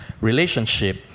relationship